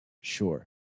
sure